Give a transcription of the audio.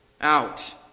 out